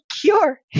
cure